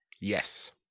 Yes